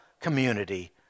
community